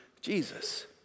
Jesus